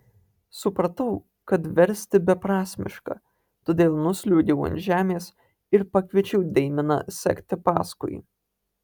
supratau kad versti beprasmiška todėl nusliuogiau ant žemės ir pakviečiau deimeną sekti paskui